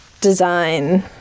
design